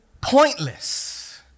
pointless